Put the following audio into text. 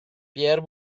pierre